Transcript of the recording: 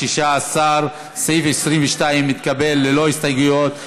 16. סעיף 22 נתקבל ללא הסתייגויות,